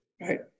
right